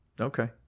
Okay